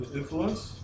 influence